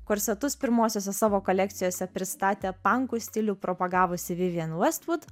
korsetus pirmosiose savo kolekcijose pristatė pankų stilių propagavusi vivian vestvud